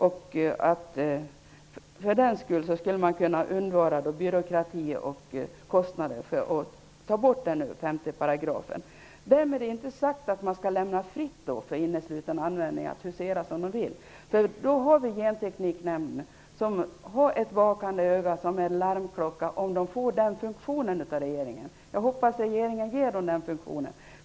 Man skulle därför kunna undvika byråkrati och kostnader genom att ta bort 5 §. Därmed inte sagt att man skall lämna fältet fritt och låta människor husera som de vill med innesluten användning. Gentekniknämnden har ett vakande öga och kan vara en larmklocka, om den får den funktionen av regeringen. Jag hoppas att regeringen ger Gentekniknämnden den funktionen.